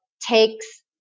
takes